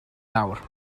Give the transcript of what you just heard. nawr